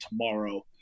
tomorrow